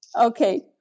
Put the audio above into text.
Okay